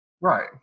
Right